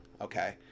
okay